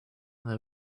there